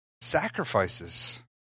Sacrifices